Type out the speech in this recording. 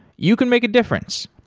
you can make a difference.